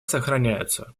сохраняются